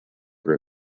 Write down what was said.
for